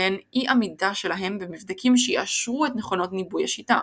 והן אי-עמידה שלהם במבדקים שיאשרו את נכונות ניבויי השיטה.